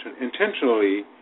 intentionally